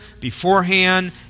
beforehand